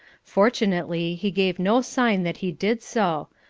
fortunately, he gave no sign that he did so,